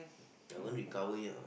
I haven't recover yet what